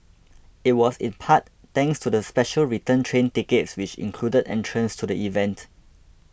it was in part thanks to the special return train tickets which included entrance to the event